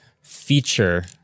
feature